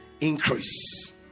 increase